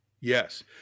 Yes